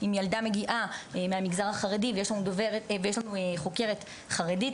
אם ילדה מגיעה מהמגזר החרדי ויש לנו חוקרת חרדית,